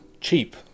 cheap